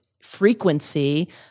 frequency